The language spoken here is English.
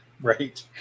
Right